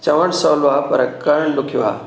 चवणु सहुलो आहे पर करणु ॾुखियो आहे